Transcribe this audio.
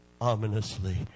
ominously